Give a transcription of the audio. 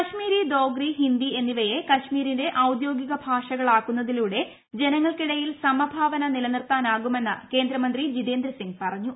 കശ്മീരി ദോഗ്രി ഹിന്ദി എന്നിവയെ കശ്മിരിന്റെ ഔദ്യോഗിക ഭാഷകളാക്കുന്നതിലൂടെ ജനങ്ങൾക്കിടയിൽ സമഭാവന നിലനിർത്താനാകുമെന്ന് കേന്ദ്രമന്ത്രി ജിതേന്ദ്ര സിംഗ് പറഞ്ഞു